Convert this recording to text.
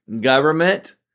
government